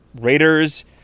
Raiders